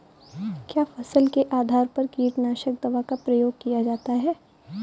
क्या फसल के आधार पर कीटनाशक दवा का प्रयोग किया जाता है?